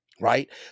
Right